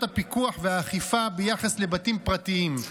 הפיקוח והאכיפה ביחס לבתים פרטיים,